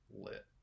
lit